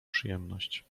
przyjemność